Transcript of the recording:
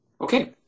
Okay